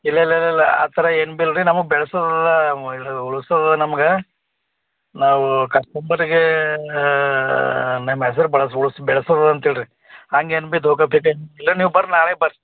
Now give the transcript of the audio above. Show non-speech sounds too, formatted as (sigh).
ಇಲ್ಲಿ ಇಲ್ಲ ಇಲ್ಲಿಲ್ಲ ಆ ಥರ ಏನು ಬಿ ಇಲ್ರಿ ನಮ್ಗ (unintelligible) ಉಳ್ಸೋದು ನಮ್ಗ ನಾವು ಕಸ್ಟಮರಿಗೇ ನಿಮ್ಮ ಹೆಸ್ರ್ ಬೆಳ್ಸಿ ಉಳ್ಸಿ ಬೆಳ್ಸುದ ಅಂತ ಇಲ್ರಿ ಹಂಗೇನು ಬಿ ದೋಕ ಪೀಕ ಏಮಿ ಇಲ್ಲ ನೀವು ಬರ್ರಿ ನಾಳೆ ಬರ್ರಿ